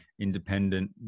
independent